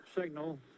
signal